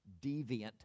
deviant